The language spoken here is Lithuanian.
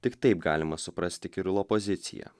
tik taip galima suprasti kirilo poziciją